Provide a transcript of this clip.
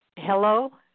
Hello